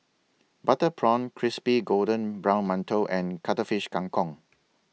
Butter Prawns Crispy Golden Brown mantou and Cuttlefish Kang Kong